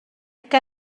que